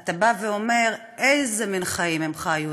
אתה בא ואומר: איזה מין חיים הם חיו,